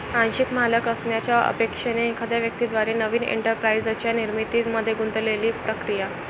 आंशिक मालक असण्याच्या अपेक्षेने एखाद्या व्यक्ती द्वारे नवीन एंटरप्राइझच्या निर्मितीमध्ये गुंतलेली प्रक्रिया